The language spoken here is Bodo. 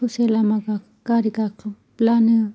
ससे लामा गारि गाखोब्लानो